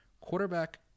quarterback